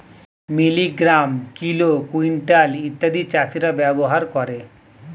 milligram, kilo, quintal ইত্যাদি চাষীরা ব্যবহার করে